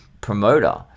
promoter